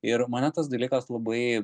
ir mane tas dalykas labai